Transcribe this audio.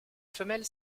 femelle